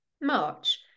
March